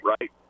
right